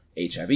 HIV